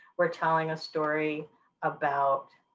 we're telling a story about